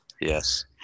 Yes